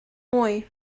mwy